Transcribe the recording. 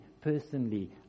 personally